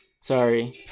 Sorry